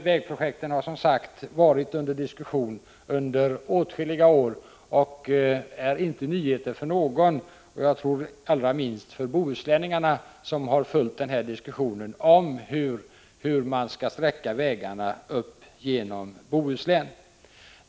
Vägprojekten har som sagt diskuterats under åtskilliga år och är inte nyheter för någon — allra minst för bohuslänningarna tror jag, som har följt debatten om hur sträckningen av vägarna upp genom Bohuslän skall göras.